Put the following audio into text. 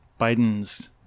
Biden's